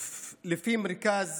לפי מרכז